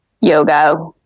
yoga